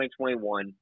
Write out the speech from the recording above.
2021